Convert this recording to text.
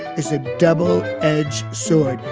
it's a double edged sword.